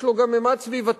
יש לו גם ממד סביבתי,